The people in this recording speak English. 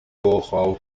form